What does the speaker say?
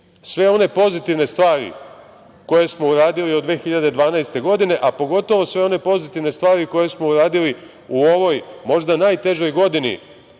sve one pozitivne stvari koje smo uradili od 2012. godine, a pogotovo sve one pozitivne stvari koje smo uradili u ovoj možda najtežoj godini